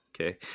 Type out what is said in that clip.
Okay